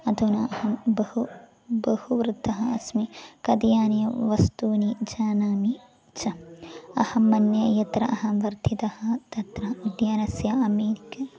अधुना अहं बहु बहु वृद्धः अस्मि कदियानियं वस्तूनि जानामि च अहं मन्ये यत्र अहं वर्धितः तत्र उद्यानस्य अमेरिक्